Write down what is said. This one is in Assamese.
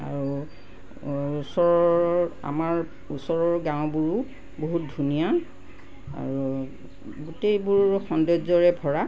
আৰু ওচৰৰ আমাৰ ওচৰৰ গাঁওবোৰো বহুত ধুনীয়া আৰু গোটেইবোৰ সৌন্দৰ্যৰে ভৰা